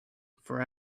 for